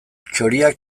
txoriak